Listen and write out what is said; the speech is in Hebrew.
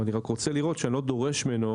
אני רק אני רוצה לראות שאני לא דורש ממנו